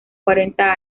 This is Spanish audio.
cuarenta